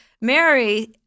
Mary